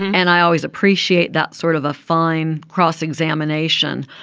and i always appreciate that sort of a fine cross examination.